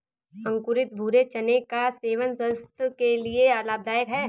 अंकुरित भूरे चने का सेवन स्वास्थय के लिए लाभदायक है